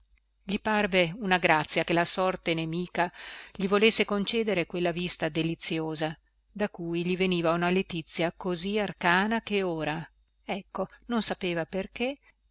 gli parve una grazia che la sorte nemica gli volesse concedere quella vista deliziosa da cui gli veniva una letizia così arcana che ora ecco non sapeva perché